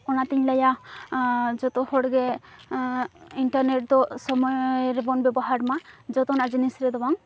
ᱚᱱᱟᱛᱮᱧ ᱞᱟᱹᱭᱟ ᱡᱚᱛᱚ ᱦᱚᱲᱜᱮ ᱤᱱᱴᱟᱨᱱᱮᱴ ᱫᱚ ᱥᱚᱢᱚᱭ ᱨᱮᱵᱚᱱ ᱵᱟᱵᱚᱦᱟᱨ ᱢᱟ ᱡᱚᱛᱚᱱᱟᱜ ᱡᱤᱱᱤᱥ ᱨᱮᱫᱚ ᱵᱟᱝ